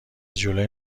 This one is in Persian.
جلوی